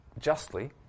justly